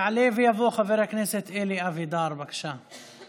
יעלה ויבוא חבר הכנסת אלי אבידר, בבקשה.